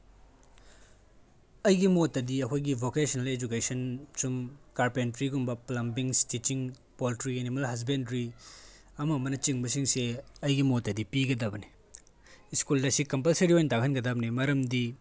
ꯑꯩꯒꯤ ꯃꯣꯠꯇꯗꯤ ꯑꯩꯈꯣꯏꯒꯤ ꯚꯣꯀꯦꯁꯅꯦꯜ ꯏꯗꯨꯀꯦꯁꯟ ꯁꯨꯝ ꯀꯥꯔꯄꯦꯟꯇ꯭ꯔꯤꯒꯨꯝꯕ ꯄ꯭ꯂꯝꯕ꯭ꯂꯤꯡ ꯏꯁꯇꯤꯠꯆꯤꯡ ꯄꯣꯜꯇ꯭ꯔꯤ ꯑꯦꯅꯤꯃꯦꯜ ꯍꯖꯕꯦꯟꯗꯔꯤ ꯑꯃ ꯑꯃꯅ ꯆꯤꯡꯕꯁꯤꯡꯁꯦ ꯑꯩꯒꯤ ꯃꯣꯠꯇꯗꯤ ꯄꯤꯒꯗꯕꯅꯤ ꯁ꯭ꯀꯨꯜꯗ ꯁꯤ ꯀꯝꯄꯜꯁꯔꯤ ꯑꯣꯏꯅ ꯇꯥꯛꯍꯟꯒꯗꯕꯅꯤ ꯃꯔꯝꯗꯤ